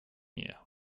year